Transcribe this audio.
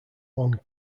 long